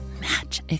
match